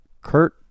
Kurt